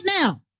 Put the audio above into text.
now